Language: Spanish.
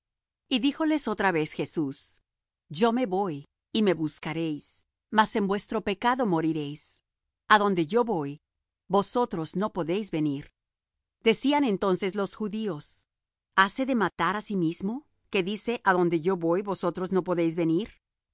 y díjoles otra vez jesús yo me voy y me buscaréis mas en vuestro pecado moriréis á donde yo voy vosotros no podéis venir decían entonces los judíos hase de matar á sí mismo que dice a donde yo voy vosotros no podéis venir